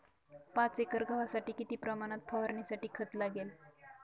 पाच एकर गव्हासाठी किती प्रमाणात फवारणीसाठी खत लागेल?